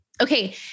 Okay